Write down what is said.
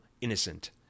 innocent